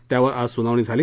त्यावर आज सुनावणी झाली